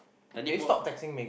I need more uh